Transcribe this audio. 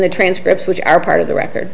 the transcripts which are part of the record